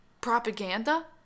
propaganda